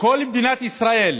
כל מדינת ישראל,